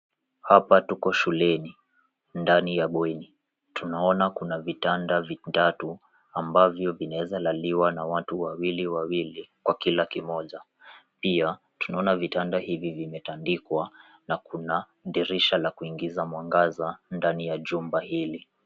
Hapa tuko shuleni ndani ya bweni. Tunaona kuna vitanda vitatu, ambavyo vinaeza laliwa na watu wawili wawili kwa kila kimoja. Pia, tunaona vitanda hivi vimetandikwa na kuna dirisha ya kuingiza mwangaza ndani ya jumba hili.